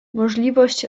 możliwość